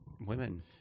women